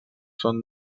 són